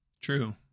true